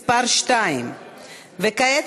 מס' 2. כעת,